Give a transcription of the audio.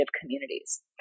communities